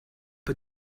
had